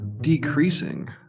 decreasing